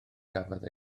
gafodd